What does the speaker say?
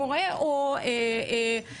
מורה או רופא.